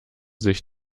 sich